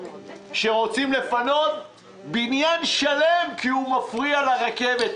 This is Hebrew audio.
שרוצים לפנות בניין שלם כי הוא מפריע לרכבת.